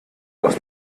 aus